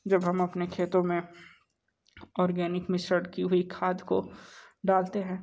जब हम अपने खेतों में ऑर्गेनिक मिश्रण की हुई खाद को डालते हैं